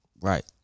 Right